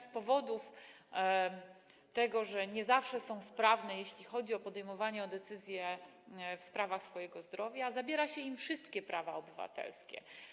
Z powodu tego, że nie zawsze są sprawne, jeśli chodzi o podejmowanie decyzji w sprawach swojego zdrowia, zabiera się im wszystkie prawa obywatelskie.